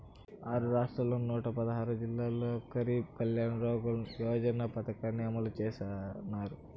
ఆరు రాష్ట్రాల్లోని నూట పదహారు జిల్లాల్లో గరీబ్ కళ్యాణ్ రోజ్గార్ యోజన పథకాన్ని అమలు చేసినారు